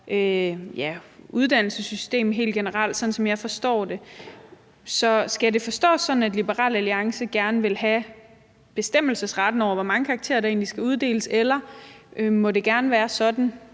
uddannelsessystemet helt generelt, sådan som jeg forstår det. Så skal det forstås sådan, at Liberal Alliance gerne vil have bestemmelsesretten over, hvor mange karakterer der egentlig skal uddeles, eller kunne man